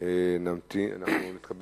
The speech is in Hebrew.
1. האם נערך